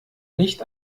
nicht